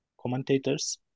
commentators